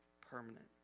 permanent